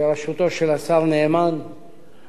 חוק ומשפט להכנתה לקריאה ראשונה.